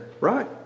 Right